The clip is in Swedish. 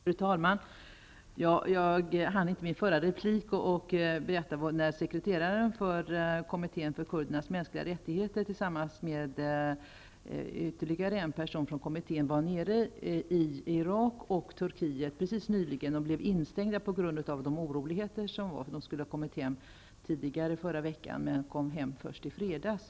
Fru talman! I mitt förra inlägg hann jag inte berätta färdigt om den resa till Irak och Turkiet som sekreteraren i kommittén för kurdernas mänskliga rättigheter nyligen gjorde tillsammans med ytterligare en person från kommittén. De blev instängda på grund av oroligheterna. De skulle ha kommit hem i förra veckan, men de kom hem först i fredags.